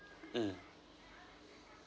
mm